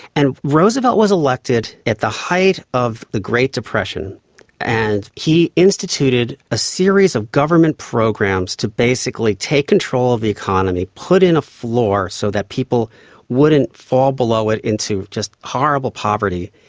and roosevelt was elected at the height of the great depression and he instituted a series of government programs to basically take control of the economy, put in a floor so that people wouldn't fall below it into just horrible poverty.